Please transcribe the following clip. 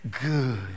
good